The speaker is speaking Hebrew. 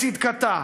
ובצדקתה.